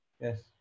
Yes